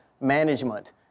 management